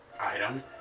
item